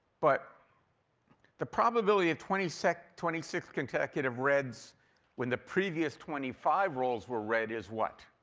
but the probability of twenty six twenty six consecutive reds when the previous twenty five rolls were red is what?